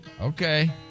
Okay